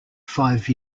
five